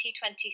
T20